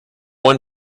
one